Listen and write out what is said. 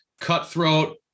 cutthroat